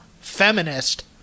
feminist